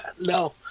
No